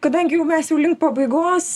kadangi jau mes jau link pabaigos